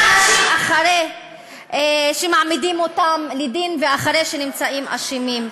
אחרי שמעמידים אותם לדין ואחרי שהם נמצאים אשמים.